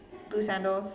blue sandals